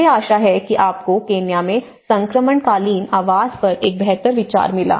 मुझे आशा है कि आपको केन्या में संक्रमणकालीन आवास पर एक बेहतर विचार मिला